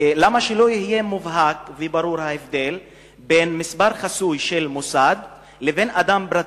למה שלא יהיה מובהק וברור ההבדל בין מספר חסוי של מוסד לבין אדם פרטי?